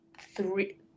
three